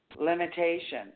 limitation